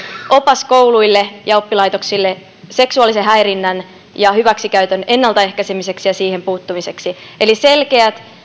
opas kouluille ja oppilaitoksille seksuaalisen häirinnän ja hyväksikäytön ennaltaehkäisemiseksi ja siihen puuttumiseksi eli selkeät